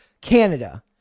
Canada